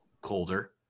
colder